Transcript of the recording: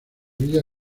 villa